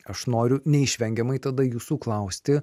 aš noriu neišvengiamai tada jūsų klausti